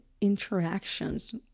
interactions